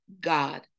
God